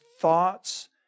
thoughts